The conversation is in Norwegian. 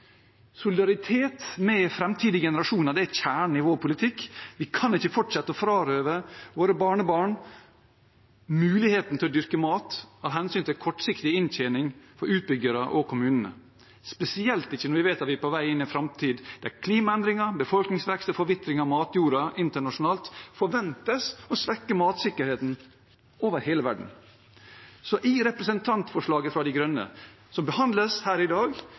Solidaritet med framtidige generasjoner er kjernen i vår politikk. Vi kan ikke fortsette å frarøve våre barnebarn muligheten til å dyrke mat av hensyn til kortsiktig inntjening for utbyggere og kommunene, spesielt ikke når vi vet at vi er på vei inn i en framtid der klimaendringer, befolkningsvekst og forvitring av matjorda internasjonalt forventes å svekke matsikkerheten over hele verden. I representantforslaget fra De Grønne som behandles her i dag,